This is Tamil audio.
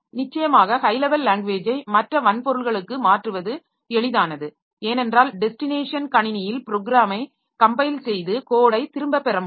நிச்சயமாக ஹை லெவல் லாங்வேஜை மற்ற வன்பொருள்களுக்கு மாற்றுவது எளிதானது ஏனென்றால் டெஸ்டினேஷன் கணினியில் ப்ரோக்ராமை கம்பைல் செய்து கோடை திரும்பப் பெற முடியும்